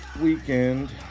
weekend